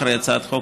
אחרי הצעת החוק,